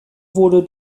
wurde